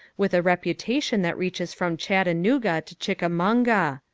with a reputation that reaches from chattanooga to chickamauga.